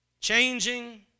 changing